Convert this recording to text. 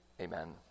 Amen